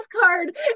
card